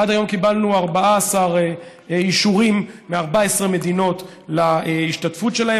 עד היום קיבלנו 14 אישורים מ-14 מדינות על ההשתתפות שלהן.